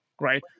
right